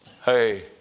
Hey